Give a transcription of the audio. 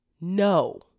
No